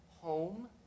home